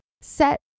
set